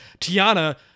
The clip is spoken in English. Tiana